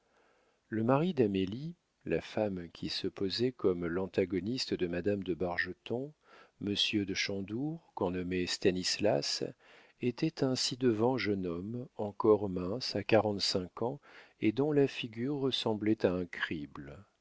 le mari d'amélie la femme qui se posait comme l'antagoniste de madame de bargeton monsieur de chandour qu'on nommait stanislas était un ci-devant jeune homme encore mince à quarante-cinq ans et dont la figure ressemblait à un crible